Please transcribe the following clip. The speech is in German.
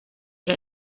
ihr